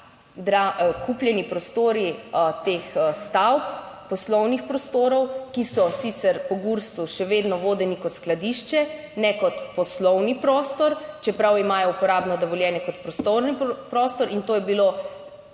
ja, kupljeni prostori teh stavb, poslovnih prostorov, ki so sicer po GURSU še vedno vodeni kot skladišče, ne kot poslovni prostor, čeprav imajo uporabno dovoljenje kot poslovni prostor, in to je bilo